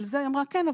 אבל זה - היא אמרה כן,